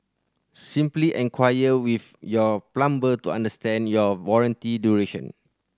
simply enquire with your plumber to understand your warranty duration